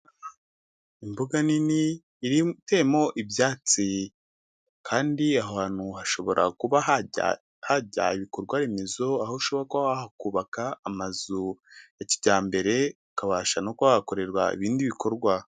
Imbuga nini imo ibyatsi kandi ahantu hantu hashobora kuba hajya hajya ibikorwa remezo aho ushobokakwa hakubaka amazu ya kijyambere hakabasha no kwahakorerwa ibindi bikorwa.